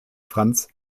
franz